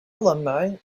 alumni